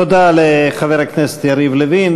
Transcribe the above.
תודה לחבר הכנסת יריב לוין.